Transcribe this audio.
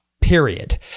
period